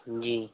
जी